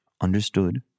understood